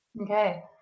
Okay